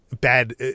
bad